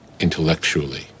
intellectually